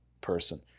person